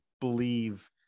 believe